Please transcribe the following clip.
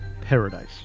paradise